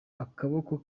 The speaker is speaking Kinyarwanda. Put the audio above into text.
akaboko